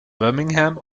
birmingham